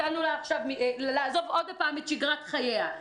ומציעים לה לעזוב עוד פעם את שגרת חייה.